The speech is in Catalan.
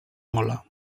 mola